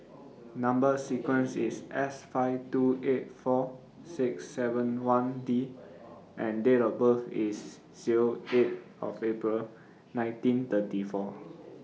Number sequence IS S five two eight four six seven one D and Date of birth IS Zero eight of April nineteen thirty four